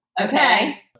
okay